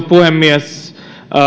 puhemies